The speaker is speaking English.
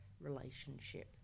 relationship